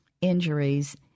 injuries